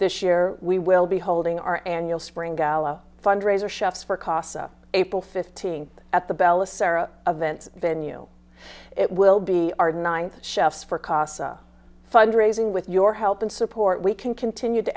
this year we will be holding our annual spring gala fundraiser chefs for casa april fifteenth at the bella sara events venue it will be our ninth chefs for casa fund raising with your help and support we can continue to